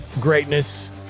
greatness